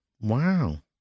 Wow